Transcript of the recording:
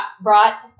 brought